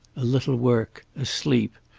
a little work, a sleep,